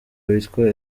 witwa